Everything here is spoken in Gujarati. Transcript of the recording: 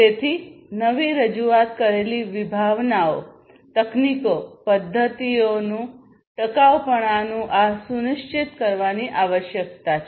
તેથી નવી રજૂઆત કરેલી વિભાવનાઓ તકનીકો પદ્ધતિઓની ટકાઉપણું એ સુનિશ્ચિત કરવાની આવશ્યકતા છે